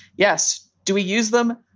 yes. do we use them?